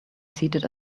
seated